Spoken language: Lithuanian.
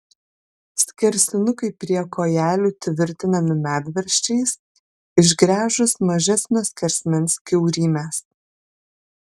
skersinukai prie kojelių tvirtinami medvaržčiais išgręžus mažesnio skersmens kiaurymes